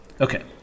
Okay